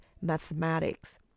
mathematics